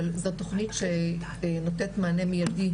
אבל זאת תוכנית שנותנת מענה מידי,